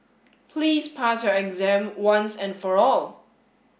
please pass your exam once and for all